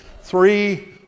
three